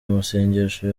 amasengesho